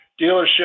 dealership